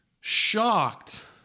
shocked